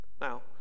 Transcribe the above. Now